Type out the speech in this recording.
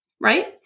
right